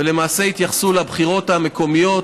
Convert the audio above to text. ולמעשה התייחסו לבחירות המקומיות